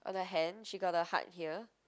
on her hand she got a heart here